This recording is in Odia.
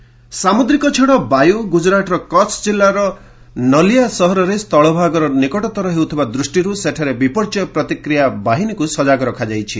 ଗୁଜରାଟ ବାୟୁ ସାମୁଦ୍ରିକ ଝଡ଼ 'ବାୟୁ' ଗୁଜରାଟର କଚ୍ଚ ଜିଲ୍ଲାର ନଲିୟା ସହରରେ ସ୍ଥଳଭାଗର ନିକଟତର ହେଉଥିବା ଦୃଷ୍ଟିରୁ ସେଠାରେ ବିପର୍ଯ୍ୟୟ ପ୍ରତିକ୍ରିୟା ବାହିନୀକୁ ସଜାଗ ରଖାଯାଇଛି